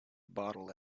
bottle